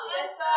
Yes